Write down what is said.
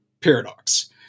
Paradox